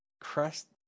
Crest